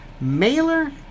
Mailer